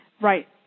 Right